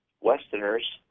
Westerners